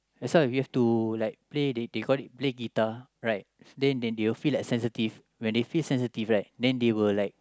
that's why we have to like play the they call it play guitar right then they will feel like sensitive when they feel sensitive right then they will like